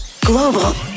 Global